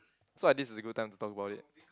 so I this is a good time to talk about it